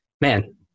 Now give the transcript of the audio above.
man